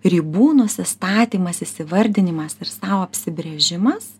ribų nusistatymas įsivardinimas ir sau apsibrėžimas